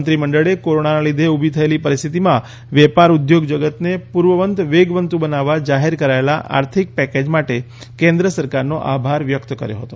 મંત્રીમંડળે કોરોનાના લીધે ઊભી થયેલી પરિસ્થિતિમાં વેપાર ઉદ્યોગ જગતને પૂર્વવત વેગવંતુ બનાવવા જાહેર કરાયેલા આર્થિક પેકેજ માટે કેન્દ્ર સરકારનો આભાર વ્યક્ત કર્યો હતો